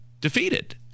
defeated